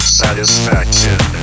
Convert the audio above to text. satisfaction